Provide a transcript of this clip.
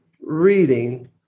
reading